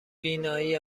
بینایی